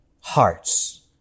hearts